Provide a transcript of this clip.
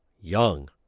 young